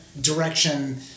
direction